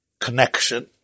connection